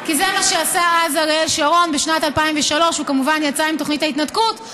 כי זה מה שעשה אז אריאל שרון בשנת 2003. הוא כמובן יצא עם תוכנית ההתנתקות,